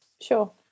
sure